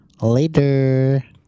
Later